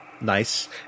Nice